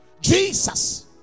Jesus